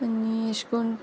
आनी अशें कोन्न